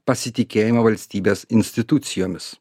pasitikėjimą valstybės institucijomis